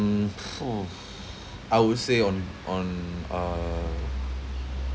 ~(hmm) I would say on on uh